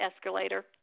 escalator